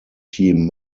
team